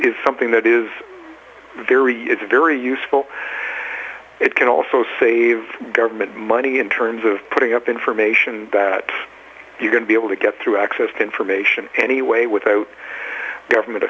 something that is very is very useful it can also save government money in terms of putting up information that you're going to be able to get through access to information anyway without government